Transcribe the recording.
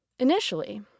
Initially